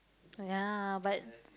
ya but